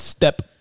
Step